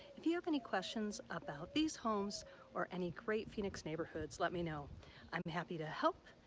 if you have any questions about these homes or any great phoenix neighborhoods let me know i'm happy to help.